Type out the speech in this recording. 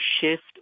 shift